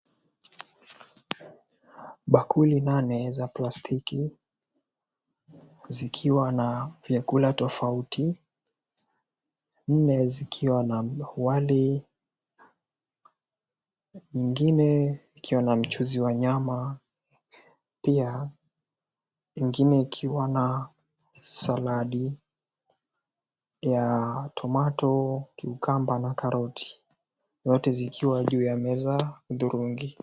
Bakuli nane za plastiki zikiwa na vyakula tofauti, nne zikiwa na wali, nyingine zikiwa na mchuzi wa nyama, pia ingine ikiwa na saladi ya tomato cucumber na karoti. Yote zikiwa juu ya meza hudhurungi.